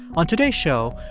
on today's show,